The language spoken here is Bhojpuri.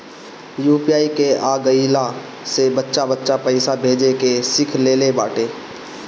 यू.पी.आई के आ गईला से बच्चा बच्चा पईसा भेजे के सिख लेले बाटे